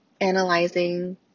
analyzing